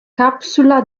capsula